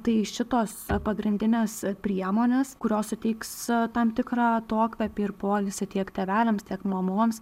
tai šitos pagrindinės priemonės kurios suteiks tam tikrą atokvėpį ir poilsį tiek tėveliams tiek mamoms